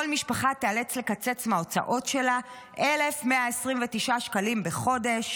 כל משפחה תיאלץ לקצץ מההוצאות שלה 1,129 שקלים בחודש.